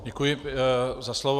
Děkuji za slovo.